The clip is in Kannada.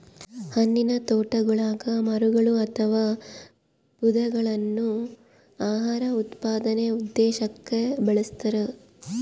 ಹಣ್ಣಿನತೋಟಗುಳಗ ಮರಗಳು ಅಥವಾ ಪೊದೆಗಳನ್ನು ಆಹಾರ ಉತ್ಪಾದನೆ ಉದ್ದೇಶಕ್ಕ ಬೆಳಸ್ತರ